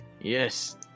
Yes